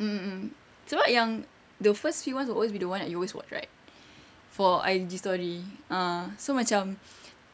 mm mm mm sebab yang the first few ones will always be the one that you always watch right for I_G story ah so macam